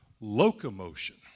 locomotion